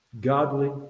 godly